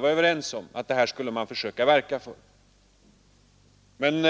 var överens om att verka för — det finner man när man läser utskottsbetänkandet och utskriften av debatterna.